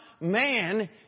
man